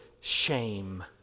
shame